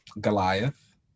Goliath